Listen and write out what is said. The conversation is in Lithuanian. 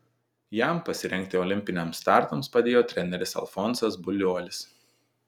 jam pasirengti olimpiniams startams padėjo treneris alfonsas buliuolis